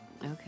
Okay